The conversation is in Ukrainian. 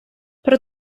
про